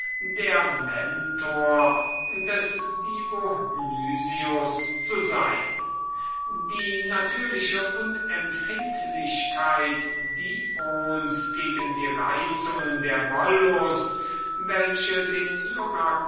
der mentor des dionysius zu sein die natürliche unempfindlichkeit dions gegen die reizungen der wollust welche den